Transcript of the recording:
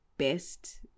best